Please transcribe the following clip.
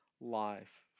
life